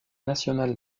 national